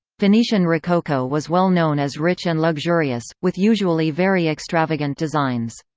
venetian rococo was well known as rich and luxurious, with usually very extravagant designs.